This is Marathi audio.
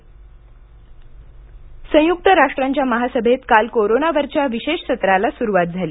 युएन महासभा संयुक्त राष्ट्रांच्या महासभेत काल कोरोनावरच्या विशेष सत्राला सुरुवात झाली